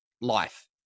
life